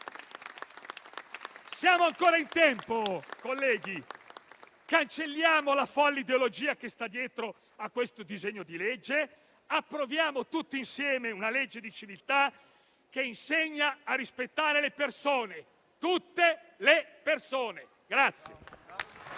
Siamo ancora in tempo, colleghi. Cancelliamo la folle ideologia che sta dietro questo disegno di legge e approviamo, tutti insieme, una legge di civiltà che insegni a rispettare le persone, tutte le persone.